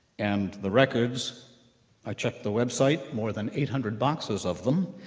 and the records i checked the website, more than eight hundred boxes of them,